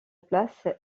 place